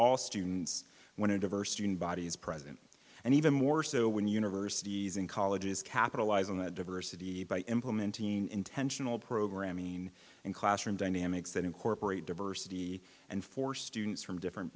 all students when a diverse student body is president and even more so when universities and colleges capitalize on that diversity by implementing intentional programming and classroom dynamics that incorporate diversity and for students from different